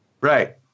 Right